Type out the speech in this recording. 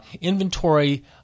inventory